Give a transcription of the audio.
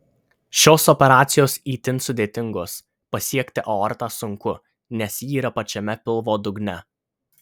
šios operacijos itin sudėtingos pasiekti aortą sunku nes ji yra pačiame pilvo dugne